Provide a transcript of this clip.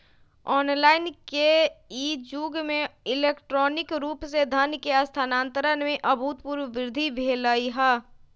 online के इ जुग में इलेक्ट्रॉनिक रूप से धन के स्थानान्तरण में अभूतपूर्व वृद्धि भेल हइ